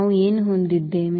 ನಾವು ಏನು ಹೊಂದಿದ್ದೇವೆ